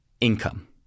income